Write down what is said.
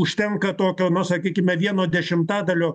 užtenka tokio nu sakykime vieno dešimtadalio